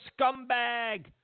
scumbag